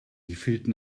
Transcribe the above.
wievielten